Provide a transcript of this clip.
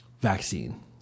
vaccine